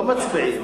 לא מצביעים.